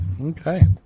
Okay